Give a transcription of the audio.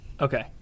Okay